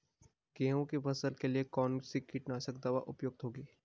गेहूँ की फसल के लिए कौन सी कीटनाशक दवा उपयुक्त होगी?